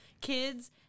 kids